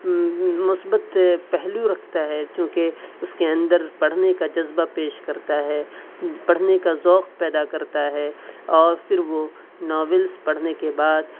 مثبت پہلو رکھتا ہے چونکہ اس کے اندر پڑھنے کا جذبہ پیش کرتا ہے پڑھنے کا ذوق پیدا کرتا ہے اور پھر وہ ناولس پڑھنے کے بعد